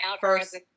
first-